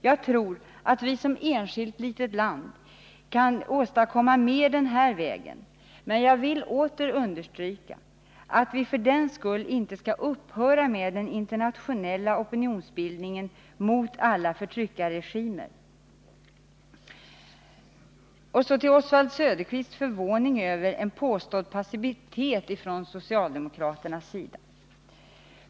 Jag tror att Sverige som ett enskilt litet land kan åstadkomma mer denna väg. Men jag vill åter understryka att vi för den skull inte skall upphöra med den internationella opinionsbildningen mot alla förtryckarregimer. Oswald Söderqvist var förvånad över en påstådd passivitet från socialdemokraternas sida.